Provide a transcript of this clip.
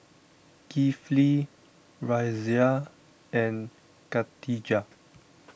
Kifli Raisya and Khatijah